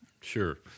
Sure